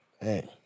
Hey